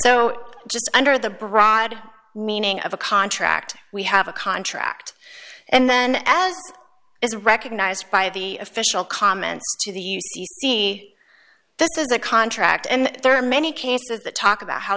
so just under the broad meaning of a contract we have a contract and then as is recognized by the official comment to the see this is a contract and there are many cases that talk about how